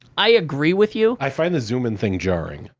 i agree with you. i find the zoom in thing jarring.